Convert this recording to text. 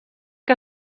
que